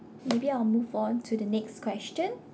maybe I'll move on to the next question